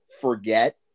forget